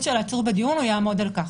של עצור בדיון הוא יעמוד על כך.